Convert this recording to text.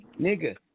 nigga